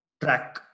track